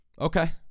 Okay